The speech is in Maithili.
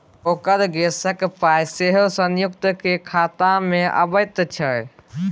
ओकर गैसक पाय सेहो संयुक्ते खातामे अबैत छै